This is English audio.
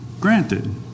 granted